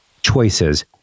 choices